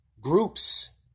groups